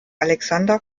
alexander